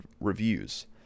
reviews